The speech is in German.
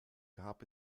gab